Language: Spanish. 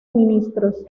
ministros